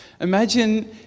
Imagine